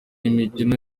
imikino